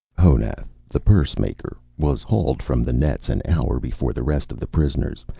honath the pursemaker was hauled from the nets an hour before the rest of the prisoners,